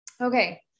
Okay